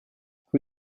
who